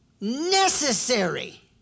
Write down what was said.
necessary